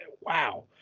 wow